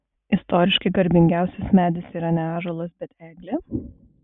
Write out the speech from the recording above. istoriškai garbingiausias medis yra ne ąžuolas bet eglė